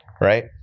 right